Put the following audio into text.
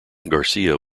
garcia